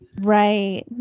right